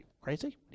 crazy